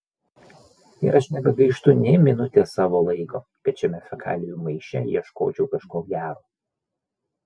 ir aš nebegaištu nė minutės savo laiko kad šiame fekalijų maiše ieškočiau kažko gero